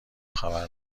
خبر